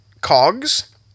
cogs